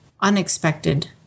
unexpected